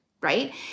right